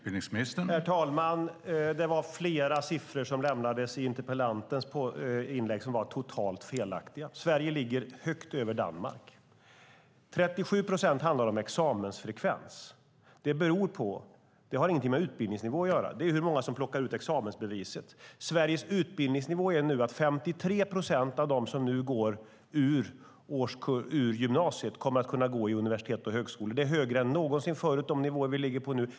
Herr talman! Det var flera siffror som lämnades i interpellantens inlägg som var totalt felaktiga. Sverige ligger högt över Danmark. 37 procent handlar om examensfrekvens. Det har ingenting med utbildningsnivå att göra, utan det visar hur många som plockar ut examensbeviset. Sveriges utbildningsnivå är att 53 procent av dem som nu går ut gymnasiet kommer att kunna gå på universitet och högskola. De nivåer vi ligger på nu är högre än någonsin förut.